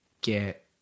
get